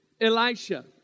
Elisha